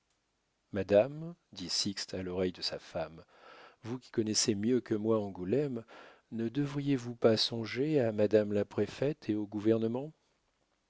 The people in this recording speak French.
madame dit sixte à l'oreille de sa femme vous qui connaissez mieux que moi angoulême ne devriez-vous pas songer à madame la préfète et au gouvernement